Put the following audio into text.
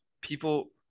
people